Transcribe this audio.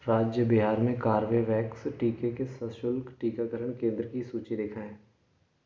राज्य बिहार में कार्बेवैक्स टीके के सशुल्क टीकाकरण केंद्र की सूची दिखाएँ